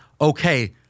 okay –